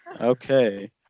okay